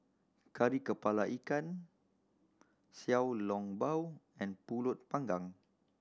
Kari Kepala Ikan Xiao Long Bao and Pulut Panggang